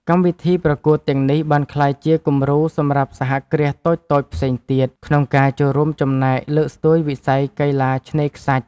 កម្មវិធីប្រកួតទាំងនេះបានក្លាយជាគំរូសម្រាប់សហគ្រាសតូចៗផ្សេងទៀត ក្នុងការចូលរួមចំណែកលើកស្ទួយវិស័យកីឡាឆ្នេរខ្សាច់។